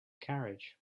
carriage